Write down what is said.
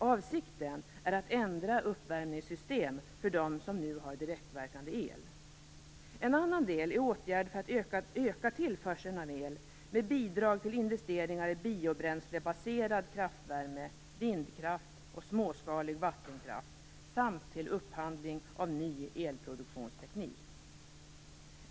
Avsikten är att ändra uppvärmningssystem för dem som nu har direktverkande el. Ett andra område är åtgärder för att öka tillförseln av el, med bidrag till investeringar i biobränslebaserad kraftvärme, vindkraft och småskalig vattenkraft samt till upphandling av ny elproduktionsteknik.